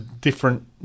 different